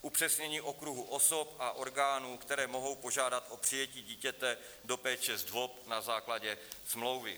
Upřesnění okruhu osob a orgánů, které mohou požádat o přijetí dítěte do péče ZDVOP na základě smlouvy.